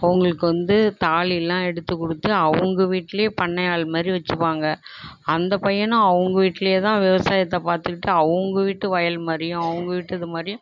அவங்களுக்கு வந்து தாலியெலாம் எடுத்து கொடுத்து அவங்க வீட்டில் பண்ணையாள் மாரி வைச்சிப்பாங்க அந்த பையனும் அவங்க வீட்டிலியே தான் விவசாயத்தை பார்த்துகிட்டு அவங்க வீட்டு வயல் மாதிரியும் அவங்க வீட்டு இது மாதிரியும்